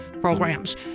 programs